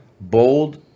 bold